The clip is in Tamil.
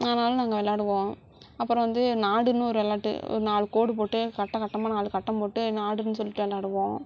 ஆனாலும் நாங்கள் விளாடுவோம் அப்புறம் வந்து நாடுன்னு ஒரு விளாட்டு ஒரு நாலு கோடு போட்டு கட்டம் கட்டமாக நாலு கட்டம் போட்டு நாடுன்னு சொல்லிட்டு விளாடுவோம்